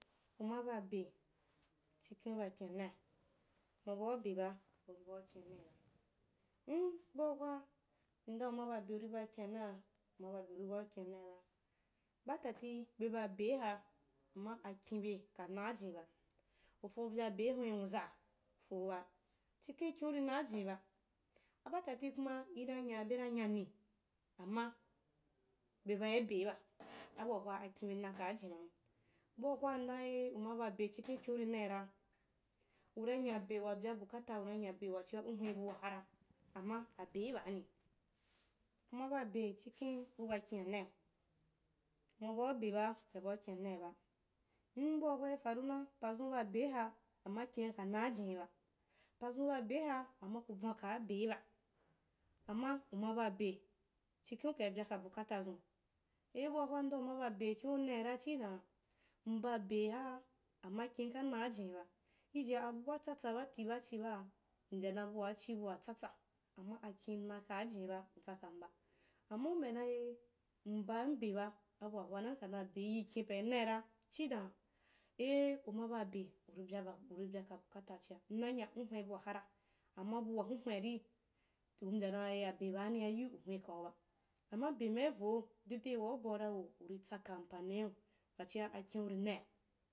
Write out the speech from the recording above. Um aba abe hikhen uuba kin’anai uma bua beba uri bau kin’anai ba m buahwa ndan um aba be uri ba kin anai uma babe uri bau kin. anao bara batata be ba bei ha amma akinhe ka nga jin ba ufovya bei hun nzuwa? Ukaaba, chikhen kin’uri naajin ba chikhen kin’uti naajin ba, abatati kuma inanya bena nyani amma be babe beiba. abuahwa akinbe nakaa jinibahun buahwa ndaa eh um aba abe kin’uri naira, uranyabe wabya bukata ura nyabe wachia u hwen bua hara amma abei baahi, uma ba be chikhen uba kin’anai uma bai eba ubau kina naiba,. buahwa irau naa pazun ba beiha amma kina ka naajinn ba pazun ba bei ha amma ku bwan ka beiba, amma um aba be chukhen ukai bye a bukatazun eh buahwa ndan uma babe kinuri nara chii dan, mba be haa amma kim ka naaajin ba, ijijia abu daa tsatsa bati ban chi baa mbya dan abua chi bua tsatsa. amma akim nak aa jiniba m tsakamba amma u mbya da eh, mbam be baa bun hwana kna dan abei yi kin pai naira chii dan, eh huma ba be uri nyaba-uri bya bukata achia, nna n hwen bua hara amma bua hwen hwen ari toh uri mya dan ehh abe baania yiu uhwne kuaba amma be mai vo dedei waa ubaura wo, uritsaka mpaniu wachia akinu ro na’i